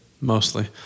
Mostly